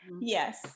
Yes